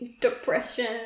Depression